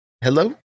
Hello